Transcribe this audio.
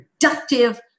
productive